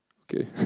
okay.